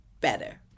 better